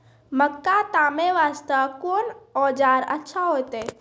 मक्का तामे वास्ते कोंन औजार अच्छा होइतै?